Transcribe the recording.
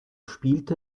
spielte